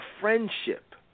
friendship